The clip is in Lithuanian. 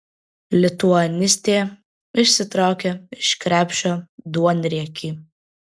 lituanistė išsitraukė iš krepšio duonriekį